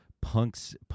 punk's